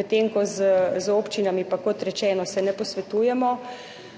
medtem ko z občinami pa, kot rečeno, se ne posvetujemo.